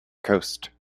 coast